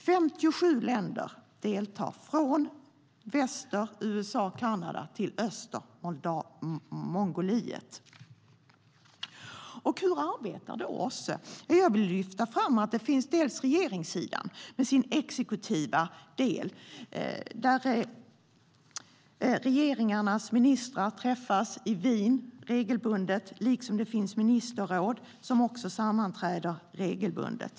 57 länder deltar, från USA och Kanada i väster till Mongoliet i öster. Hur arbetar då OSSE? Dels finns regeringssidan med dess exekutiva del. Regeringarnas ministrar träffas regelbundet i Wien, liksom det finns ministerråd som också sammanträder regelbundet.